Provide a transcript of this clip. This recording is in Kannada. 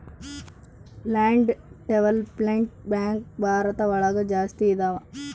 ಲ್ಯಾಂಡ್ ಡೆವಲಪ್ಮೆಂಟ್ ಬ್ಯಾಂಕ್ ಭಾರತ ಒಳಗ ಜಾಸ್ತಿ ಇದಾವ